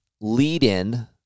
lead-in